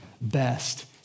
best